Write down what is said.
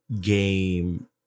game